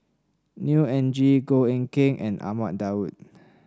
Neo Anngee Goh Eck Kheng and Ahmad Daud